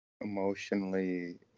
emotionally